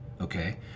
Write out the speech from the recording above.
okay